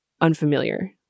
unfamiliar